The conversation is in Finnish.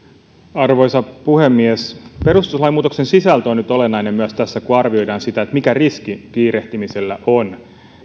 arvoisa puhemies perustuslain muutoksen sisältö on nyt olennainen myös tässä kun arvioidaan sitä mikä riski kiirehtimisellä on